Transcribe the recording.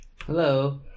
Hello